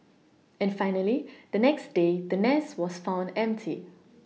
and finally the next day the nest was found empty